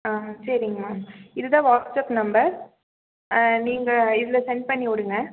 ஆ சரிங்க மேம் இதுதான் WhatsApp number நீங்கள் இதில் சென்ட் பண்ணி விடுங்க